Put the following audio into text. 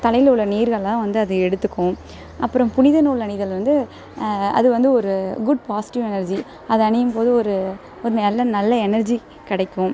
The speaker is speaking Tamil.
தலையில் உள்ள நீர்களெலாம் வந்து அது எடுத்துக்கும் அப்புறம் புனித நூல் அணிதல் வந்து அது வந்து ஒரு குட் பாசிட்டிவ் எனர்ஜி அது அணியும்போது ஒரு ஒரு நல்ல நல்ல எனர்ஜி கிடைக்கும்